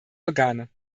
organe